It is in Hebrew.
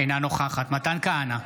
אינה נוכחת מתן כהנא,